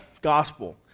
gospel